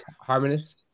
harmonious